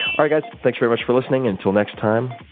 alright, guys. thanks very much for listening. until next time,